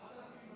4,200,